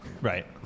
right